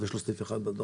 ויש לו סניף אחד בדרום,